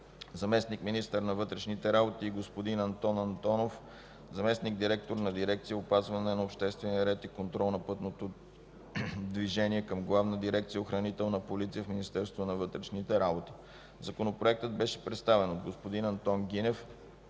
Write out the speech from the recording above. заместник-министър на вътрешните работи, и господин Антон Антонов – заместник-директор на дирекция „Опазване на обществения ред и контрол на пътното движение” към Главна дирекция „Охранителна полиция” в Министерството на вътрешните работи. Законопроектът беше представен от господин Антон Гинев.